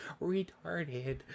retarded